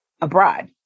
abroad